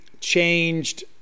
changed